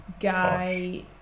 guy